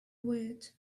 weird